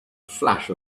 flash